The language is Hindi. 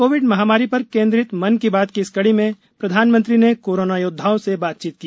कोविड महामारी र केन्द्रित मन की बात की इस कड़ी में प्रधानमंत्री ने कोरोना योदधाओं से बातचीत की